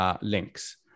links